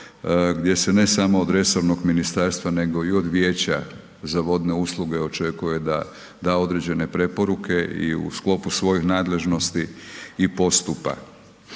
gdje se ne samo od resornog ministarstva nego i od Vijeća za vodne usluge očekuje da da određene preporuke i u sklopu svojih nadležnosti i postupa.